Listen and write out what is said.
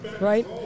Right